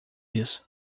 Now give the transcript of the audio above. isso